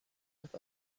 with